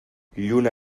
lluna